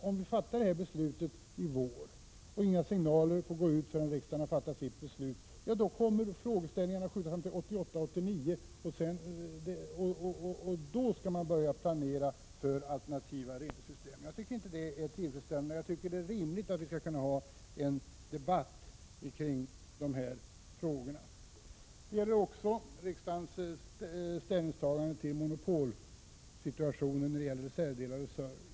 Om vi fattar beslutet i vår och inga signaler får gå ut förrän riksdagen har fattat sitt beslut, kommer frågorna upp först 1988/99. Då skall man alltså börja planera för alternativa reningssystem. Det tycker jag inte är tillfredsställande. Det är rimligt att vi skall kunna föra en debatt kring dessa frågor. Detsamma gäller riksdagens ställningstagande i fråga om monopolsituatio nen beträffande reservdelar och service.